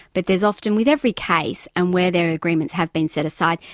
but there's often, with every case, and where there are agreements have been set aside,